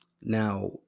Now